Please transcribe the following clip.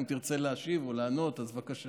אם תרצה להשיב או לענות, אז בבקשה.